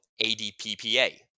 ADPPA